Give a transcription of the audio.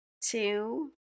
two